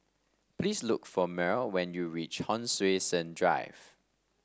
please look for Myrl when you reach Hon Sui Sen Drive